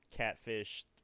Catfish